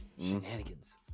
Shenanigans